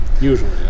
Usually